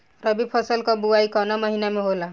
रबी फसल क बुवाई कवना महीना में होला?